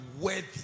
worthy